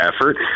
effort